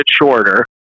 shorter